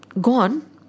gone